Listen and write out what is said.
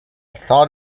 thought